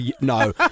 No